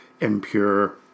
impure